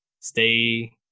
Stay